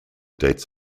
dates